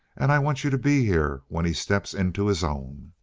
and i want you to be here when he steps into his own.